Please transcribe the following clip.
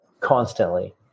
constantly